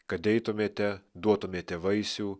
kad eitumėte duotumėte vaisių